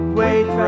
wait